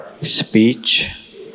speech